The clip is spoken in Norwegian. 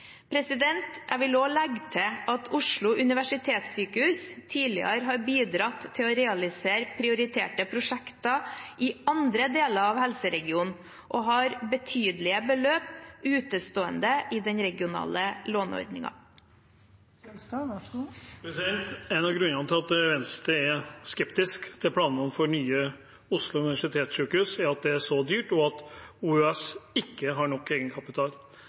Jeg vil også legge til at Oslo universitetssykehus tidligere har bidratt til å realisere prioriterte prosjekter i andre deler av helseregionen og har betydelige beløp utestående i den regionale låneordningen. En av grunnene til at Venstre er skeptisk til planene for Nye Oslo universitetssykehus, er at det er så dyrt, og at OUS ikke har nok egenkapital.